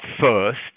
first